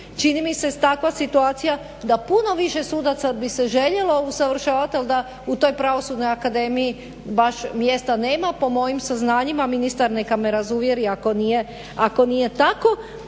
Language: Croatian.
čini mi se takva situacija, puno više sudaca bi se željelo usavršavati ali da u toj pravosudnoj akademiji baš mjesta nema po mojim saznanjima. Ministar neka me razuvjeri ako nije tako,